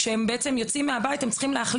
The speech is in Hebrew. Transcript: כשהם יוצאים מהבית הם צריכים להחליט